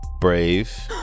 brave